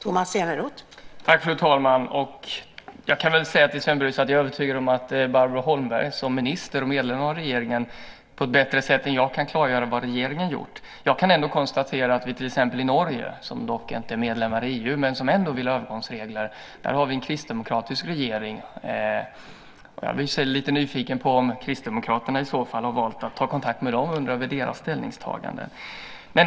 Fru talman! Jag kan väl säga till Sven Brus att jag är övertygad om att Barbro Holmberg som minister och medlem av regeringen på ett bättre sätt än jag kan klargöra vad regeringen gjort. Jag kan ändå konstatera att till exempel Norge, som dock inte är medlem i EU men som ändå vill ha övergångsregler, har en kristdemokratisk regering. Jag är lite nyfiken på om Kristdemokraterna har valt att ta kontakt med dem om deras ställningstagande.